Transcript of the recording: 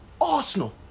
Arsenal